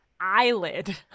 eyelid